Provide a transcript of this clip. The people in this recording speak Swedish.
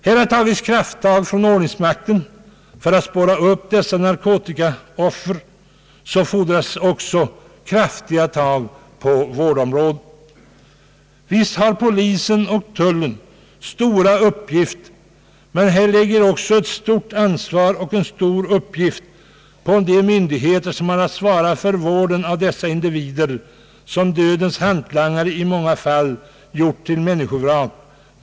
Har här tagits krafttag från ordningsmakten för att spåra upp dessa narkotikaoffer fordras också kraftiga tag på vårdområdet. Visst har polisen och tullen stora uppgifter. Men det ligger också ett stort ansvar på de myndigheter som har att svara för vården av de individer som dödens hantlangare i många fall gjort till människovrak.